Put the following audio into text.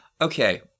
okay